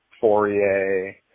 Fourier